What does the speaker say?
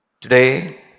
Today